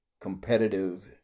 competitive